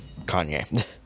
kanye